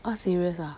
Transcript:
oh serious ah